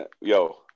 yo